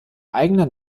eigenen